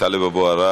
תודה רבה, אדוני.